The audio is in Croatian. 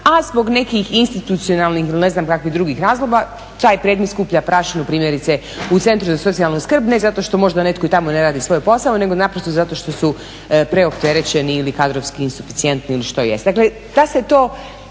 a zbog nekih institucionalnih ili nekih drugih razloga taj predmet skuplja prašinu primjerice u centru za socijalnu skrb, ne zato što možda netko tamo ne radi svoj posao, nego naprosto zato što su opterećeni ili kadrovski insuficijentni ili što jest.